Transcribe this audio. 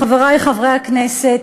חברי חברי הכנסת,